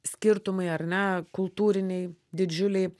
skirtumai ar ne kultūriniai didžiuliai